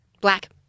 Black